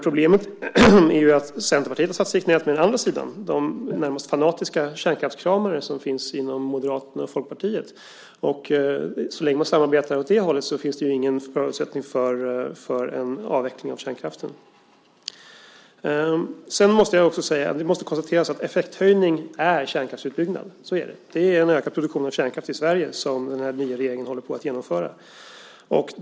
Problemet är att Centerpartiet har satt sig i knäet på den andra sidan, de närmast fanatiska kärnkraftskramare som finns inom Moderaterna och Folkpartiet. Så länge man samarbetar åt det hållet finns det ingen förutsättning för en avveckling av kärnkraften. Sedan måste det konstateras att effekthöjning är kärnkraftsutbyggnad. Så är det. Det är en ökad produktion av kärnkraft i Sverige som den här nya regeringen håller på att genomföra.